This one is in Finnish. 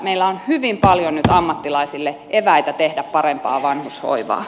meillä on hyvin paljon nyt ammattilaisille eväitä tehdä parempaa vanhushoivaa